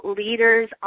leaders